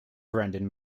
brendan